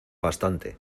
bastante